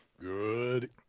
good